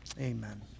amen